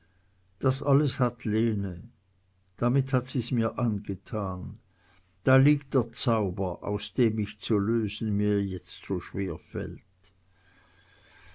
das alles hat lene damit hat sie mir's angetan da liegt der zauber aus dem mich zu lösen mir jetzt so schwerfällt